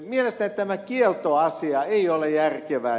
mielestäni tämä kieltoasia ei ole järkevä